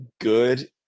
good